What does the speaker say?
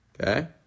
Okay